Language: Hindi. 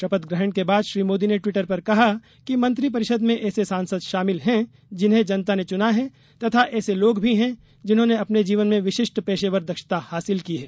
शपथ ग्रहण के बाद श्री मोदी ने ट्वीटर पर कहा कि मंत्रिपरिषद में ऐसे सांसद शामिल हैं जिन्हें जनता ने चुना है तथा ऐसे लोग भी हैं जिन्होंने अपने जीवन में विशिष्ट पेशेवर दक्षता हासिल की है